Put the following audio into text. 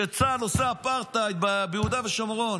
שצה"ל עושה אפרטהייד ביהודה ושומרון,